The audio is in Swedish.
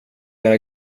era